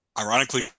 ironically